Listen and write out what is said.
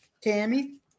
Tammy